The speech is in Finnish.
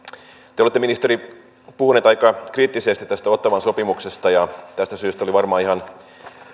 te olette ministeri puhunut aika kriittisesti tästä ottawan sopimuksesta ja tästä syystä oli varmaan ihan